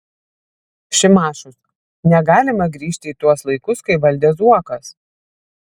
šimašius negalima grįžti į tuos laikus kai valdė zuokas